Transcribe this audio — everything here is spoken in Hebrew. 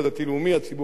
הציבור המסורתי,